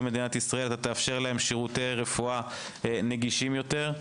מדינת ישראל ותאפשר להם שירותי רפואה נגישים יותר.